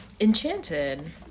Enchanted